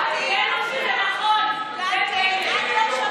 קטי, לא מתאים לך.